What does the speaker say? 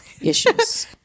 issues